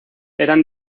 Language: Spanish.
eran